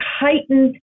heightened